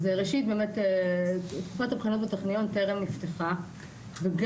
אז ראשית באמת תקופת הבחינות בטכניון טרם נפתחה וגם